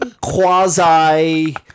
quasi